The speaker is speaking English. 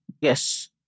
yes